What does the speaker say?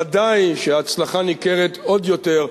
ודאי שההצלחה ניכרת עוד יותר,